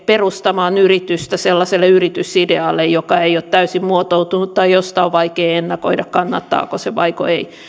perustamaan yritystä sellaiselle yritysidealle joka ei ole täysin muotoutunut tai josta on vaikea ennakoida kannattaako se vaiko ei